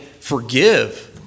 forgive